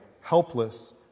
helpless